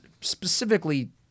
specifically